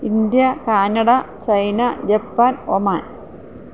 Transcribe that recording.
India Canada China Japan Oman